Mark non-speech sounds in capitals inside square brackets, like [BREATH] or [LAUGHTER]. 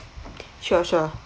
[BREATH] sure sure